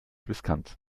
riskant